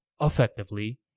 effectively